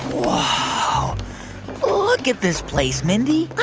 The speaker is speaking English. um look at this place, mindy